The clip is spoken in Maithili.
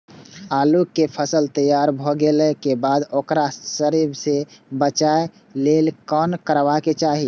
आलू केय फसल तैयार भ गेला के बाद ओकरा सड़य सं बचावय लेल की करबाक चाहि?